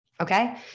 okay